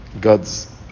God's